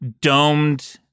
domed